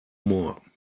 more